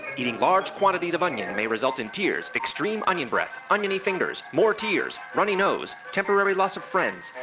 eating large quantities of onion may result in tears, extreme onion breath, oniony fingers, more tears, runny nose, temporary loss of friends.